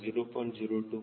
021 0